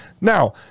Now